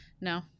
No